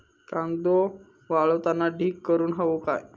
कांदो वाळवताना ढीग करून हवो काय?